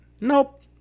Nope